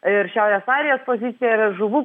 ir šiaurės airijos pozicija ir žuvų